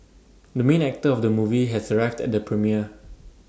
the main actor of the movie has arrived at the premiere